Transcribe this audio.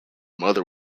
mother